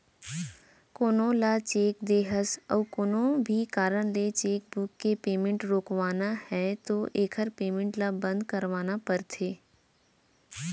कोनो ल चेक दे हस अउ कोनो भी कारन ले चेकबूक के पेमेंट रोकवाना है तो एकर पेमेंट ल बंद करवाना परथे